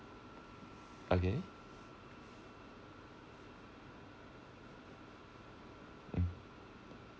okay mm